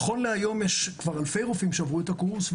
נכון להיום יש כבר אלפי רופאים שעברו את הקורס,